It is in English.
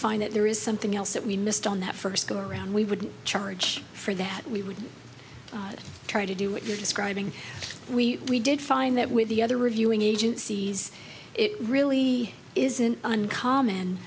find that there is something else that we missed on the first go around we would charge for that we would try to do what you're describing we we did find that with the other reviewing agencies it really isn't uncommon